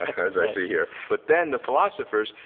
as i see here. but then the philosophers,